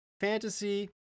fantasy